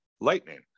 lightning